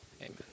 Amen